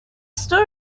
still